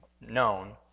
known